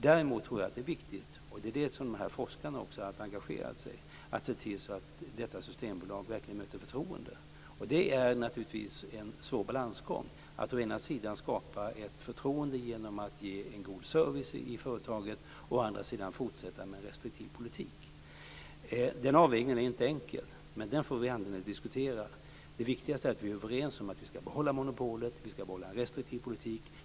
Däremot tror jag att det är viktigt - och det är det som också forskarna har engagerat sig i - att se till att Systembolaget verkligen möter förtroende. Det är naturligtvis en svår balansgång att å ena sidan skapa ett förtroende genom att ge en god service i företaget, å andra sidan fortsätta med en restriktiv politik. Den avvägningen är inte enkel, men den får vi anledning att diskutera. Det viktigaste är att vi är överens om att vi skall behålla monopolet och att vi skall hålla en restriktiv politik.